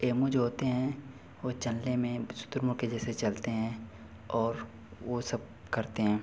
ammo जो होते हैं वे चलने में शुतुरमुर्ग़ के जैसे चलते हैं और वे सब करते हैं